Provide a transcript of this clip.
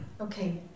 Okay